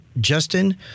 Justin